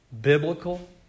Biblical